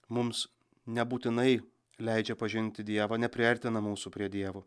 mums nebūtinai leidžia pažinti dievą nepriartina mūsų prie dievo